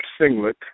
singlet